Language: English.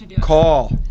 call